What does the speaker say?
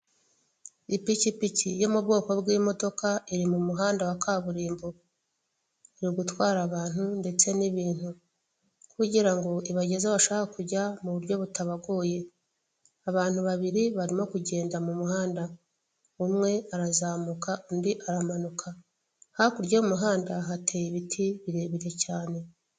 Ipikipiki yo mu bwoko bw'imodoka, iri mu muhanda wa kaburimbo. Iri gutwara abantu ndetse n'ibintu, kugira ngo ibageze aho bashaka kujya mu buryo butabagoye. Abantu babiri barimo kugenda mu muhanda, umwe arazamuka undi aramanuka. Hakurya y'umuhanda hateye ibiti birebire cyane.